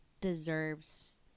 deserves